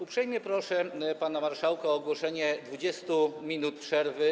Uprzejmie proszę pana marszałka o ogłoszenie 20-minutowej przerwy.